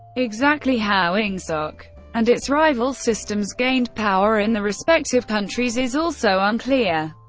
exactly how ingsoc and its rival systems gained power in their respective countries is also unclear.